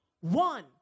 one